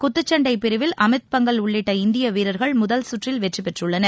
குத்துச்சண்டை பிரிவில் அமித் பங்கல் உள்ளிட்ட இந்திய வீரர்கள் முதல்சுற்றில் வெற்றி பெற்றுள்ளனர்